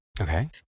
Okay